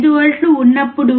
5 వోల్ట్ల ఉన్నప్పుడు